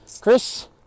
Chris